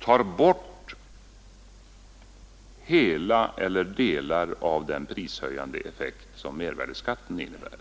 tar bort hela eller delar av den prishöjande effekt som mervärdeskatten innebär.